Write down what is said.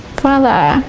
voila.